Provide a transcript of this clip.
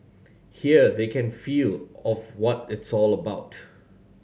here they can feel of what it's all about